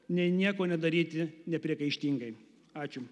nei nieko nedaryti nepriekaištingai ačiū